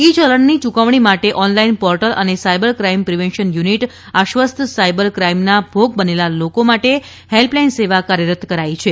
ઇ ચલણ ની ચુકવણી માટે ઓનલાઇન પોર્ટલ અને સાઇબર ક્રાઇમ પ્રિવેશન યુનીટ આશ્વસ્ત સાઇબર ક્રાઇમના ભોગ બનેલા માટે હેલ્પ લાઇન સેવા કાર્યરત કરાઇ છે